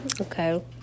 Okay